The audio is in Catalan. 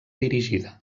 dirigida